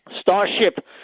starship